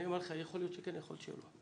אני אומר יכול להיות שכן ויכול להיות שלא לא